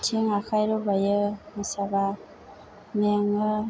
आथि आखाइ रुबाइयो मोसाबा मेङो